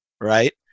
right